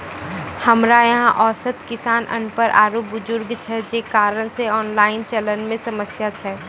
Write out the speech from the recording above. हमरा यहाँ औसत किसान अनपढ़ आरु बुजुर्ग छै जे कारण से ऑनलाइन चलन मे समस्या छै?